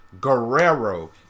Guerrero